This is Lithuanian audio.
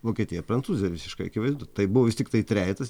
vokietija prancūzija visiškai akivaizdu tai buvo vis tiktai trejetas